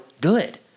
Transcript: good